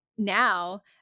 now